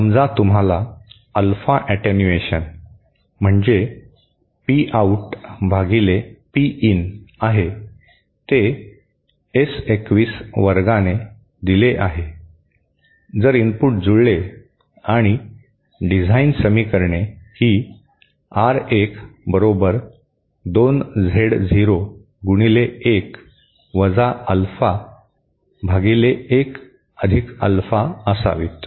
समजा तुम्हाला alpha attenuation म्हणजे पी आऊट भागिले पी इन इन आहे ते एस 21 वर्गाने दिले आहे जर इनपुट जुळले आणि डिझाइन समीकरणे ही आर1 बरोबर 2 झेड झिरो गुणिले 1 वजा अल्फा भागिले 1 अधिक अल्फा असावीत